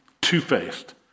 two-faced